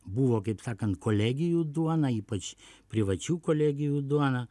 buvo kaip sakant kolegijų duona ypač privačių kolegijų duona